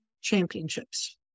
championships